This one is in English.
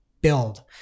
build